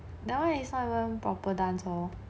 that one is not even proper dance lor